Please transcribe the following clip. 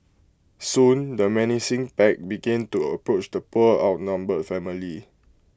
soon the menacing pack began to approach the poor outnumbered family